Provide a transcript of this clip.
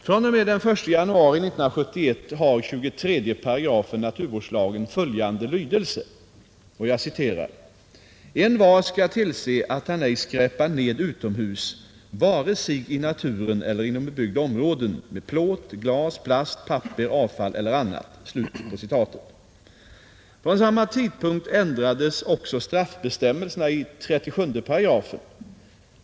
fr.o.m. den 1 januari 1971 har 23 § naturvårdslagen följande lydelse: ”Envar skall tillse att han ej skräpar ned utomhus, vare sig i naturen eller inom bebyggda områden, med plåt, glas, plast, papper, avfall eller annat.” Från samma tidpunkt ändrades också straffbestämmelsen i 37 §.